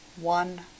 One